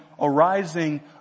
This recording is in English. arising